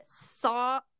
saw